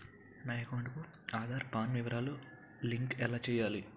నా అకౌంట్ కు ఆధార్, పాన్ వివరాలు లంకె ఎలా చేయాలి?